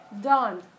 done